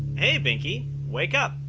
hey, binky, wake up.